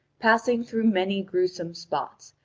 passing through many gruesome spots,